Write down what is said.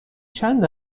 چند